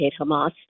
Hamas